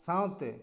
ᱥᱟᱶᱛᱮ